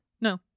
No